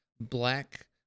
Black